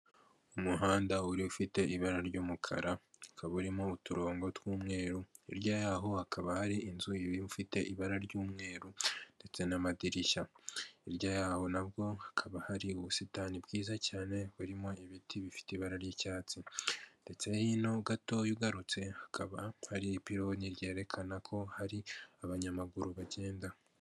Umuhanda uri ufite ibara ry'umukara ukaba urimo uturongo tw'umweru hirya y'aho hakaba hari inzu ifite ibara ry'umweru ndetse n'amadirishya hirya y'aho naho hakaba hari ubusitani bwiza cyane burimo ibiti bifite ibara ry'icyatsi ndetse hino ho gato ugarutse hakaba hari ipiloni ryerekana ko hari abanyamaguru bagenda.